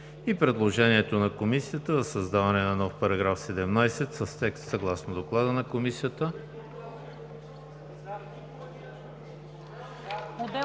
и предложението на Комисията за създаване на нов параграф 17 с текст съгласно Доклада на Комисията.